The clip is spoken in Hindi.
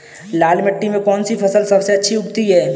लाल मिट्टी में कौन सी फसल सबसे अच्छी उगती है?